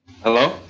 Hello